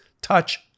Touch